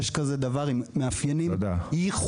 יש כזה דבר עם מאפיינים ייחודיים.